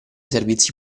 servizi